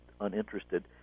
uninterested